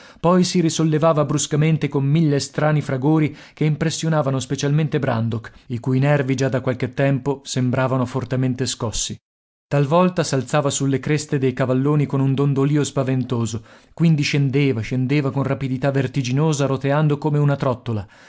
poi si risollevava bruscamente con mille strani fragori che impressionavano specialmente brandok i cui nervi già da qualche tempo sembravano fortemente scossi talvolta s'alzava sulle creste dei cavalloni con un dondolio spaventoso quindi scendeva scendeva con rapidità vertiginosa roteando come una trottola